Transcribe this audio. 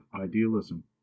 idealism